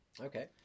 Okay